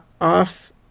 Off